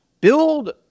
build